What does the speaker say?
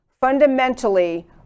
fundamentally